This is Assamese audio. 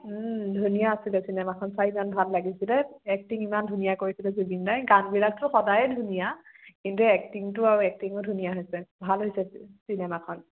ধুনীয়া আছিলে চিনেমাখন চাই ইমান ভাল লাগিছিলে একটিং ইমান ধুনীয়া কৰিছিলে জুবিন দাই গানবিলাকতো সদায় ধুনীয়া কিন্তু একটিংটো আৰু একটিঙো ধুনীয়া হৈছে ভাল হৈছে চিনেমাখন